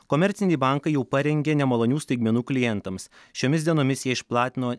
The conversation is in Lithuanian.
komerciniai bankai jau parengė nemalonių staigmenų klientams šiomis dienomis jie išplatino